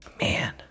Man